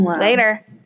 later